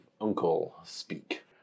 uncle-speak